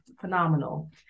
phenomenal